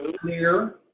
clear